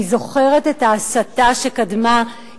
אני זוכרת את ההסתה שקדמה,